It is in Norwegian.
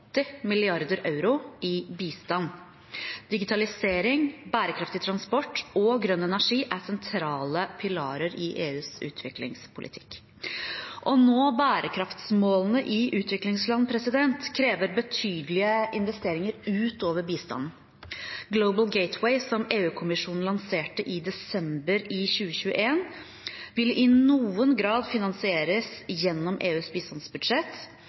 euro i bistand. Digitalisering, bærekraftig transport og grønn energi er sentrale pilarer i EUs utviklingspolitikk. Å nå bærekraftsmålene i utviklingsland krever betydelige investeringer utover bistanden. Global Gateway, som EU-kommisjonen lanserte i desember 2021, vil i noen grad finansieres gjennom EUs bistandsbudsjett,